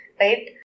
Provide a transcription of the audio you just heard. right